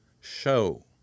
show